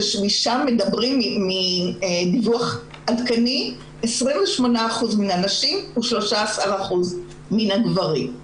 שם מדברים מדיווח עדכני על 28% מהנשים ו-13% מהגברים.